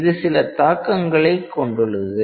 இது சில தாக்கங்களைக் கொண்டுள்ளது